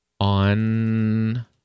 on